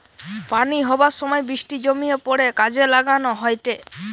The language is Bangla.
পানি হবার সময় বৃষ্টি জমিয়ে পড়ে কাজে লাগান হয়টে